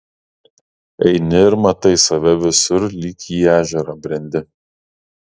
eini ir matai save visur lyg į ežerą brendi